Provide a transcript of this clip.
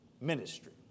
ministry